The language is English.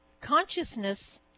consciousness